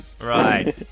Right